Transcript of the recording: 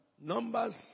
Numbers